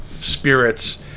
spirits